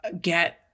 get